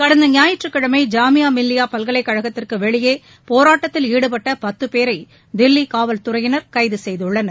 கடந்த ஞாயிற்றுக் கிழமை ஜாமியா மில்லியா பல்கலைக்கழகத்திற்கு வெளியே போராட்டத்தில் ஈடுபட்ட பத்து பேரை தில்லி காவல்துறை கைது செய்துள்ளது